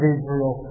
Israel